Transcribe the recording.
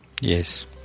Yes